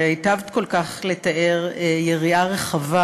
והיטבת כל כך לתאר יריעה רחבה,